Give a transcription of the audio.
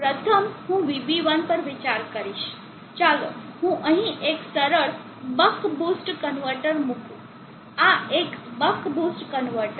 પ્રથમ હું VB1 પર વિચાર કરીશ ચાલો હું અહીં એક સરળ બક બૂસ્ટ કન્વર્ટર મૂકું આ એક બક બૂસ્ટ કન્વર્ટર છે